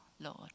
Lord